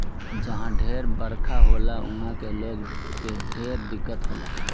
जहा ढेर बरखा होला उहा के लोग के ढेर दिक्कत होला